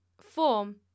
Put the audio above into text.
Form